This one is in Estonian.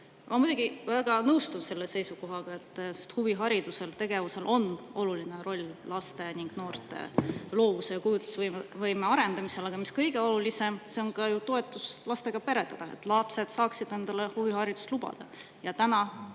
Ma muidugi väga nõustun selle seisukohaga, sest huviharidusel ja -tegevusel on oluline roll laste ning noorte loovuse ja kujutlusvõime arendamisel. Aga mis kõige olulisem, see on ka ju toetus lastega peredele, et lapsed saaksid endale huviharidust lubada.